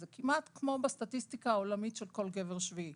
זה כמעט כמו בסטטיסטיקה העולמית של כל גבר שביעי.